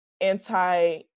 anti